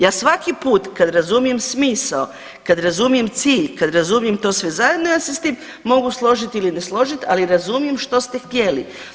Ja svaki put kad razumijem smisao, kad razumijem cilj, kad razumijem to sve zajedno ja se s tim mogu složiti ili ne složit, ali razumijem što ste htjeli.